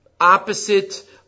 opposite